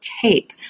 tape